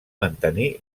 mantenir